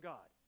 God